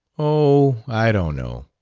oh, i don't know.